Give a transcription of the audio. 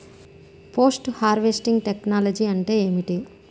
Post harvest technology అంటే ఏమిటి?